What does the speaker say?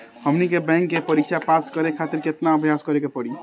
हमनी के बैंक के परीक्षा पास करे खातिर केतना अभ्यास करे के पड़ी?